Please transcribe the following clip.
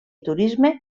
turisme